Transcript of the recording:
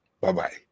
Bye-bye